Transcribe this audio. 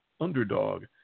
underdog